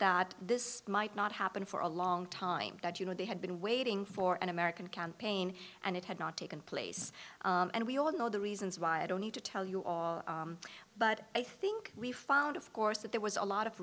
that this might not happen for a long time that you know they had been waiting for an american campaign and it had not taken place and we all know the reasons why i don't need to tell you all but i think we found of course that there was a lot of